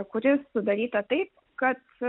kuri sudaryta taip kad